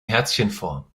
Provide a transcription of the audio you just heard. herzchenform